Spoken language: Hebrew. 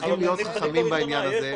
צריכים להיות חכמים בעניין הזה.